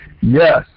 Yes